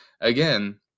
again